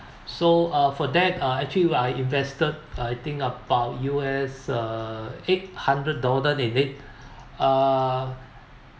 so uh for that uh actually I invested I think about U_S uh eight hundred dollar in it uh